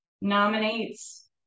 nominates